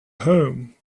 home